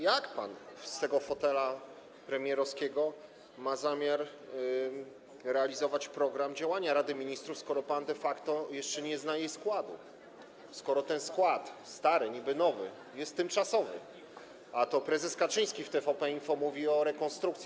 Jak pan z tego fotela premierowskiego ma zamiar realizować program działania Rady Ministrów, skoro pan de facto jeszcze nie zna jej składu, skoro ten skład, stary, niby-nowy, jest tymczasowy, a prezes Kaczyński w TVP Info mówi o rekonstrukcji?